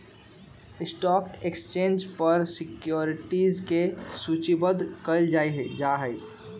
stock exchange पर securities के सूचीबद्ध कयल जाहइ